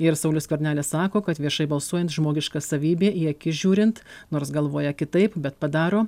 ir saulius skvernelis sako kad viešai balsuojant žmogiška savybė į akis žiūrint nors galvoja kitaip bet padaro